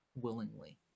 willingly